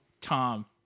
Tom